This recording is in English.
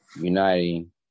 uniting